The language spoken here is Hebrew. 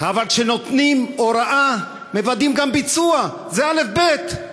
אבל כשנותנים הוראה מוודאים גם ביצוע, זה אלף-בית.